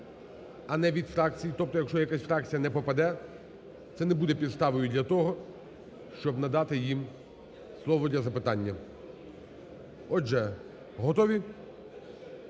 а не від фракцій. Тобто, якщо якась фракція не попаде, це не буде підставою для того, щоб надати їм слово для запитання. Отже, готові?